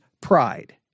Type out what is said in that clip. pride